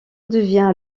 devient